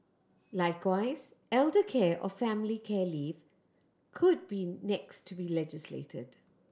likewise elder care or family care leave could be next to be legislated